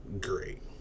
Great